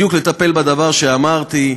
בדיוק לטפל בדבר שאמרתי.